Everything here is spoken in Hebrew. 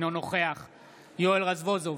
אינו נוכח יואל רזבוזוב,